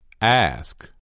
Ask